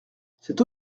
cette